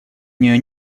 нее